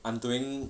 I'm doing